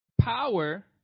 power